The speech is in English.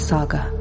Saga